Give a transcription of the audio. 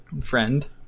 friend